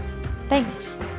Thanks